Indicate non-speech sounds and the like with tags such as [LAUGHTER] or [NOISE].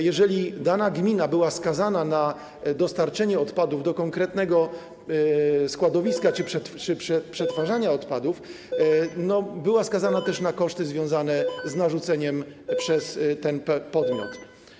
Jeżeli dana gmina była skazana na dostarczenie odpadów do konkretnego składowiska [NOISE] czy przetwarzania odpadów, to była skazana też na koszty narzucone przez ten podmiot.